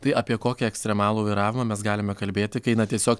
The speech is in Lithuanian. tai apie kokį ekstremalų vairavimą mes galime kalbėti kai na tiesiog